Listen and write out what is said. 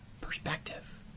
Perspective